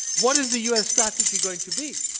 what is the u. s. strategy going to be?